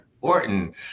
Orton